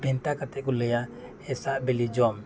ᱵᱷᱮᱱᱛᱟ ᱠᱟᱛᱮᱫ ᱠᱚ ᱞᱟᱹᱭᱟ ᱦᱮᱸᱥᱟᱜ ᱵᱤᱞᱤ ᱡᱚᱢ